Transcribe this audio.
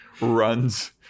runs